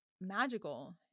magical